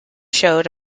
showed